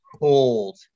cold